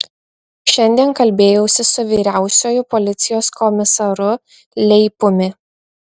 šiandien kalbėjausi su vyriausiuoju policijos komisaru leipumi